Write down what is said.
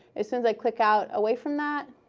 as soon as i click out away from that,